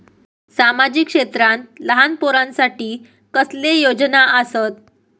सामाजिक क्षेत्रांत लहान पोरानसाठी कसले योजना आसत?